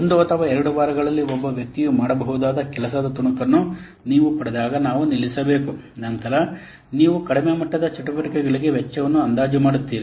ಒಂದು ಅಥವಾ ಎರಡು ವಾರಗಳಲ್ಲಿ ಒಬ್ಬ ವ್ಯಕ್ತಿಯು ಮಾಡಬಹುದಾದ ಕೆಲಸದ ತುಣುಕನ್ನು ನೀವು ಪಡೆದಾಗ ನಾವು ನಿಲ್ಲಿಸಬೇಕು ನಂತರ ನೀವು ಕಡಿಮೆ ಮಟ್ಟದ ಚಟುವಟಿಕೆಗಳಿಗೆ ವೆಚ್ಚವನ್ನು ಅಂದಾಜು ಮಾಡುತ್ತೀರಿ